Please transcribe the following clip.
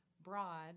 broad